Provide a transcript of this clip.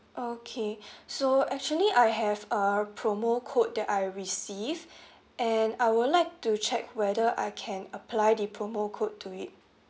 okay so actually I have a promo code that I received and I would like to check whether I can apply the promo code to it